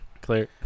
Clear